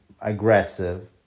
aggressive